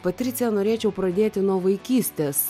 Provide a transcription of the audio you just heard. patricija norėčiau pradėti nuo vaikystės